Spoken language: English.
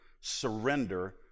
surrender